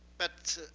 but